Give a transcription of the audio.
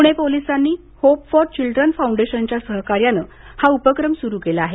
पुणे पोलिसांनी hope for children फाउंडेशनच्या सहकार्यानं हा उपक्रम सुरू केला आहे